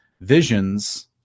visions